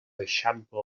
eixampla